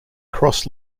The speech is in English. cross